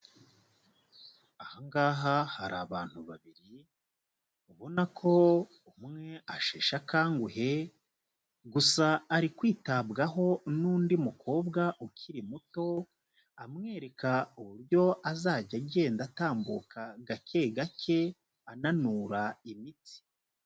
Aha ngaha hari abantu babiri, ubona ko umwe asheshe akanguhe, gusa ari kwitabwaho n'undi mukobwa ukiri muto, amwereka uburyo azajya agenda atambuka gake gake ananura imitsi.